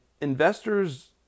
Investors